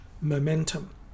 momentum